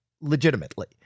legitimately